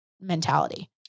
mentality